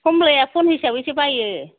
खमलाया फन हिसाबैसो बायो